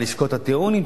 על עסקת הטיעון,